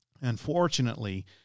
Unfortunately